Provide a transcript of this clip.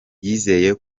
yizeye